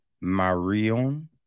Marion